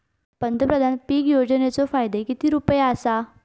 पंतप्रधान पीक योजनेचो फायदो किती रुपये आसा?